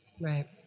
Right